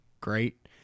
great